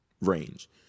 range